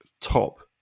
top